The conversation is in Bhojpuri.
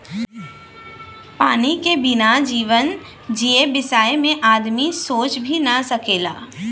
पानी के बिना जीवन जिए बिसय में आदमी सोच भी न सकेला